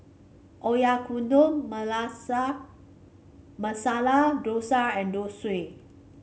Oyakodon Malasa Masala Dosa and Zosui